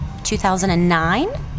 2009